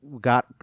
got